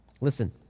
Listen